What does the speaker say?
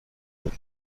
بود